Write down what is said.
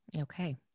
Okay